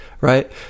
right